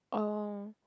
oh